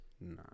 Nah